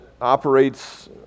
operates